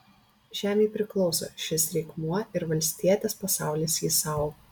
žemei priklauso šis reikmuo ir valstietės pasaulis jį saugo